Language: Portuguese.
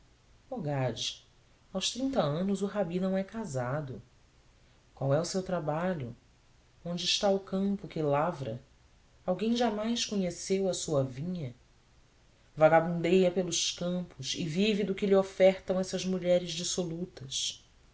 gade aos trinta anos o rabi não é casado qual é o seu trabalho onde está o campo que lavra alguém jamais conheceu a sua vinha vagabundeia pelos caminhos e vive do que lhe ofertam essas mulheres dissolutas